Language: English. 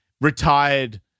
Retired